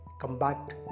combat